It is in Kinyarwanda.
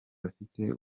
bagifite